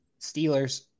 Steelers